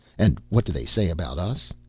and what do they say about us?